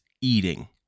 eating